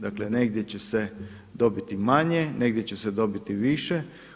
Dakle, negdje će se dobiti manje, negdje će se dobiti više.